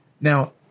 Now